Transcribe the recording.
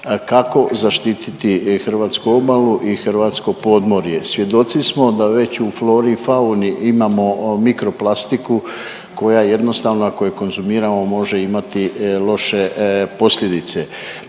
kako zaštititi hrvatsku obalu i hrvatsko podmorje. Svjedoci smo da već u flori i fauni imamo mikro plastiku koja jednostavno ako je konzumiramo može imati loše posljedice.